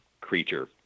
creature